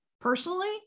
Personally